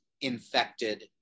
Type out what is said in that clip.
infected